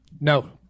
no